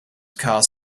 cars